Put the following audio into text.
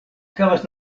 havas